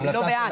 אני לא בעד,